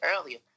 earlier